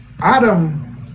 Adam